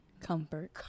comfort